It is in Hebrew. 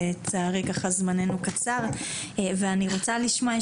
לצערי ככה זמננו וקצר ואני רוצה לשמוע,